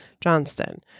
johnston